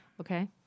Okay